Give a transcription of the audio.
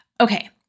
Okay